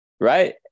Right